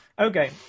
okay